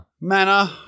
Manner